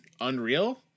Unreal